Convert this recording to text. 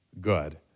good